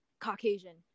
Caucasian